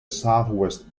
southwest